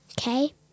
okay